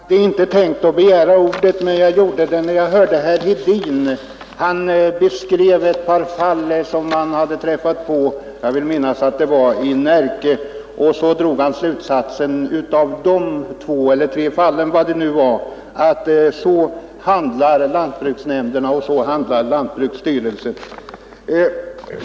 Herr talman! Jag hade inte tänkt att begära ordet, men jag gjorde det när jag hörde herr Hedin. Han beskrev ett par fall som han hade träffat på — jag vill minnas att det var i Närke — och sedan drog han av de två eller tre fallen den slutsatsen att så handlar lantbruksnämnderna och lantbruksstyrelsen.